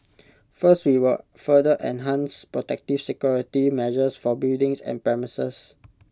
first we will further enhance protective security measures for buildings and premises